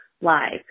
live